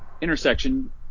intersection